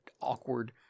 awkward